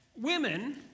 women